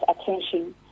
attention